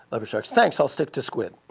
leopard sharks. thanks, i'll stick to squid.